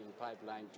pipeline